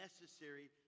necessary